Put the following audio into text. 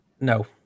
no